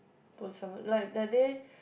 put someone like that day